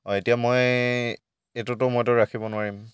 অঁ এতিয়া মই এইটোতো মইতো ৰাখিব নোৱাৰিম